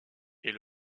est